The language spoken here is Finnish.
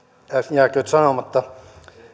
jääköön sanomatta